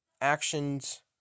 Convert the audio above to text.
actions